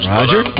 Roger